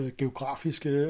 geografiske